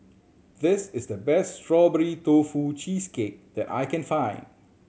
this is the best Strawberry Tofu Cheesecake that I can find